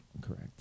Correct